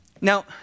Now